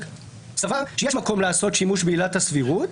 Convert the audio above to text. סבר שיש מקום לעשות שימוש בעילת הסבירות,